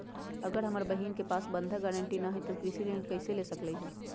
अगर हमर बहिन के पास बंधक गरान्टी न हई त उ कृषि ऋण कईसे ले सकलई ह?